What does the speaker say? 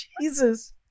Jesus